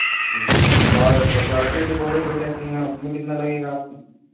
جی اور security deposit کا کیا سین ہے اس میں کتنا لگے گا